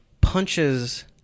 punches